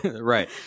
Right